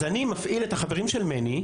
אז אני מפעיל את החברים של מני,